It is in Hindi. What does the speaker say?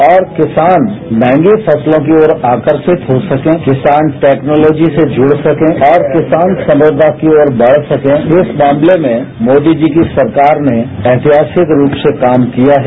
और किसान मंहगी फसलों के प्रति आकर्षित हो सकें किसान टैक्नॉलोजी से जुड़ सकें और किसान सफलता की और बढ़ सकें इस मामले में मोदी जी की सरकार ने ऐतिहासिक रूप से काम किया है